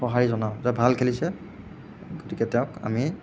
সঁহাৰি জনাওঁ যে ভাল খেলিছে গতিকে তেওঁক আমি